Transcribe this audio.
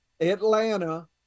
Atlanta